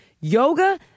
Yoga